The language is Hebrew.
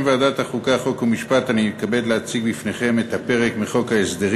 הצעת חוק לתיקון פקודת הרופאים (הוראות לעניין בחינות לסטז'רים),